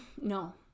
No